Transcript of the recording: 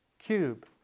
cube